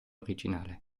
originale